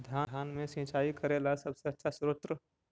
धान मे सिंचाई करे ला सबसे आछा स्त्रोत्र?